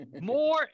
more